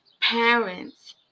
parents